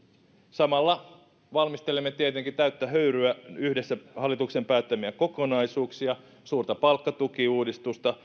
samalla valmistelemme tietenkin täyttä höyryä yhdessä hallituksen päättämiä kokonaisuuksia suurta palkkatukiuudistusta